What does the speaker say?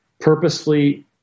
purposely